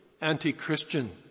anti-Christian